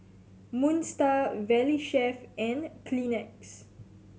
Moon Star Valley Chef and Kleenex